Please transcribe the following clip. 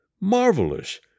Marvelous